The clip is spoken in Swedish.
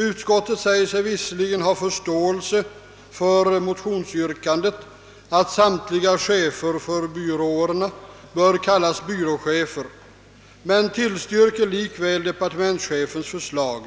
Utskottet säger sig visserligen ha förståelse för motionsyrkandet, att samtliga chefer för byråerna bör kallas byrå chefer, men tillstyrker likväl departementschefens förslag,